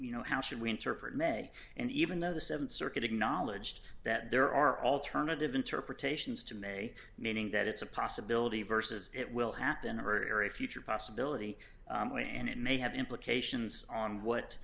you know how should we interpret may and even though the th circuit acknowledged that there are alternative interpretations to may meaning that it's a possibility vs it will happen or a future possibility and it may have implications on what